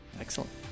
Excellent